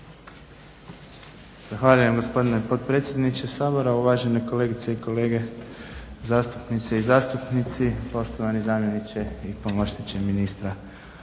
Zahvaljujem gospodine potpredsjedniče Sabora, uvažene kolegice i kolege zastupnice i zastupnici, poštovani zamjeniče i pomoćniče ministra.